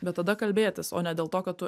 bet tada kalbėtis o ne dėl to kad tu